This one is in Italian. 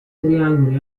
triangoli